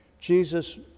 Jesus